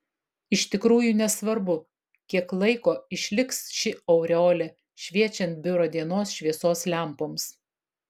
iš tikrųjų nesvarbu kiek laiko išliks ši aureolė šviečiant biuro dienos šviesos lempoms